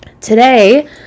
today